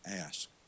Ask